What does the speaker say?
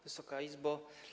Wysoka Izbo!